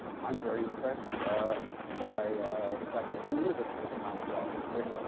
i'm very impressed by the fact that we live in this time of watson and crick.